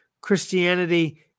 Christianity